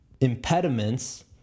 impediments